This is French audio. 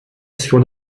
sur